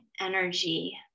energy